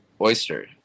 oyster